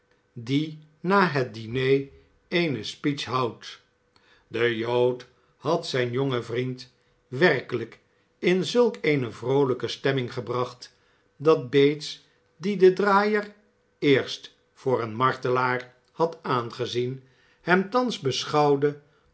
die na het diner eene speech houdt de jood had zijn jongen vriend werkelijk in zulk eene vroolijke stemming gebracht dat bates die den draaier eerst voor een martelaar had aangezien hem thans beschouwde